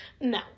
No